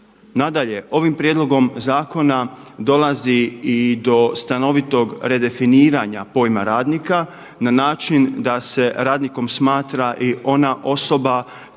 Nadalje, ovim prijedlogom zakona dolazi i do stanovitog redefiniranja pojma radnika na način da se radnikom smatra i ona osoba